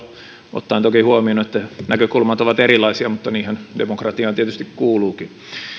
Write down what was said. ottaen toki huomioon että näkökulmat ovat erilaisia mutta niinhän demokratiaan tietysti kuuluukin